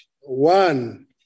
One